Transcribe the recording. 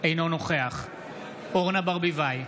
אינו נוכח אורנה ברביבאי,